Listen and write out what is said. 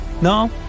No